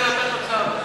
תוצאות.